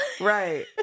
right